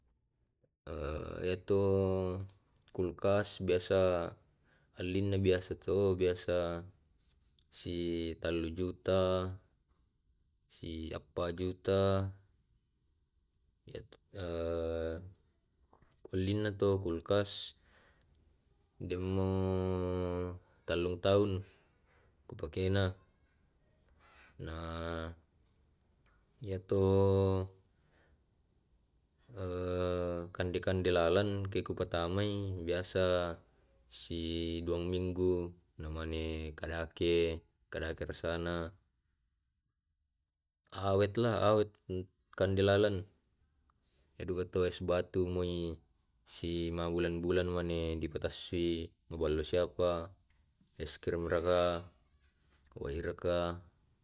Iyamtu semacam yamtue matama daging, bale, sisa kande, bobo, wae, buah-buahan. yamtu idealna len idikande tumai isungkeanna karna denekedde sungkai ananta enana tumae wae apantu mae, teama bau. marasa-sara sapa nadikande. sidukaki eskrim to iya metoi tu dikande ki namadeceng dikande.